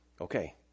Okay